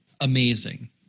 amazing